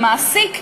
המעסיק,